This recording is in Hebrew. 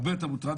הרבה יותר מוטרד.